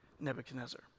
Nebuchadnezzar